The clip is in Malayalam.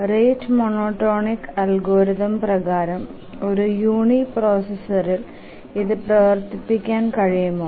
റേറ്റ് മോണോടോണിക് അൽഗോരിതം പ്രകാരം ഒരു യൂണിപ്രൊസസ്സറിൽ ഇത് പ്രവർത്തിപ്പിക്കാൻ കഴിയുമോ